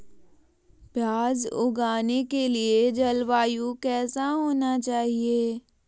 प्याज उगाने के लिए जलवायु कैसा होना चाहिए?